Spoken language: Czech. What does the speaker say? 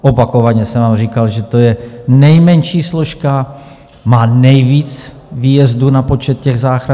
Opakovaně jsem vám říkal, že to je nejmenší složka a má nejvíc výjezdů na počet záchranářů.